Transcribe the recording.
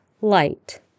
Light